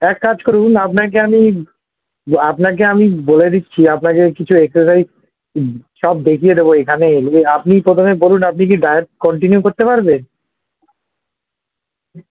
এক কাজ করুন আপনাকে আমি আপনাকে আমি বলে দিচ্ছি আপনাকে কিছু এক্সেসাইজ সব দেখিয়ে দেবো এখানে এলে আপনি প্রথমে বলুন আপনি কি ডায়েট কন্টিনিউ করতে পারবেন